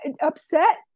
upset